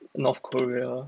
north korea